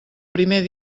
primer